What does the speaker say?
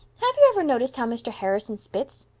have you ever noticed how mr. harrison spits?